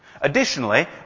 Additionally